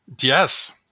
yes